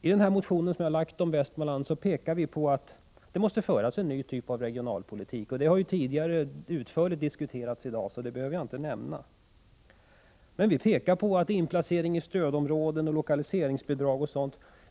I min motion om Västmanland pekar jag på att det måste föras en ny typ av regionalpolitik. Detta har redan tidigare utförligt diskuterats i dag, så det behöver jag inte närmare gå in på. Jag framhåller dock att inplacering i stödområden, lokaliseringsbidrag etc.